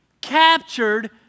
captured